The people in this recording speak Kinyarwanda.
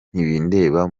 ntibindeba